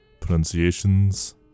pronunciations